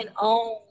own